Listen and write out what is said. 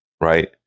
right